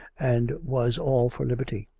and was all for liberty.